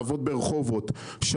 לעבוד ברחובות,